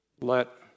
let